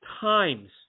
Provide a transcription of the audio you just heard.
times